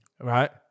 right